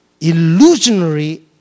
illusionary